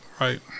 right